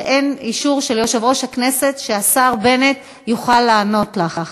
אין אישור של יושב-ראש הכנסת שהשר בנט יוכל לענות לך.